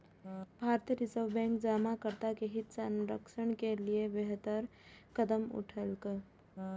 भारतीय reserve bank जमाकर्ता के हित संरक्षण के लिए बेहतर कदम उठेलकै